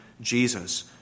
Jesus